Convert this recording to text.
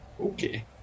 Okay